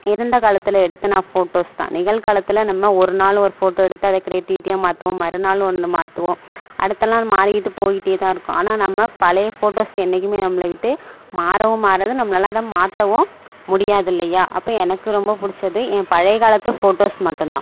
இறந்தகாலத்தில் எடுத்த நான் ஃபோட்டோஸ் தான் நிகழ்காலத்தில் நம்ம ஒரு நாள் ஒரு ஃபோட்டோ எடுத்து அத கிரியேட்டிவிட்டியாக மாற்றுவோம் மறுநாள் ஒன்னு மாற்றுவோம் அடுத்த நாள் மாறிக்கிட்டு போய்ட்டே தான் இருக்கும் ஆனால் நம்ம பழைய ஃபோட்டோஸ் என்னைக்குமே நம்மளை விட்டு மாறவும் மாறாது நம்மளால் அதை மாற்றவும் முடியாது இல்லையா அப்போ எனக்கு ரொம்ப பிடிச்சது என் பழைய காலத்து ஃபோட்டோஸ் மட்டுந்தான்